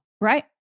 Right